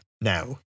now